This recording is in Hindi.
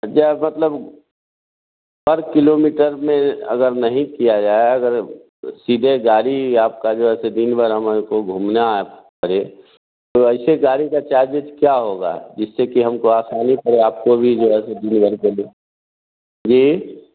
जब मतलब पर किलोमीटर में अगर नहीं किया जाए अगर सीधे गारी आपका जो ऐसे दिनभर हमारे को घूमना परे तो एसे गाड़ी का चार्जेस क्या होगा जिससे की हमको आसानी पड़े आपको भी जो है दिनभर के लिए जी